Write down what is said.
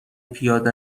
پیاده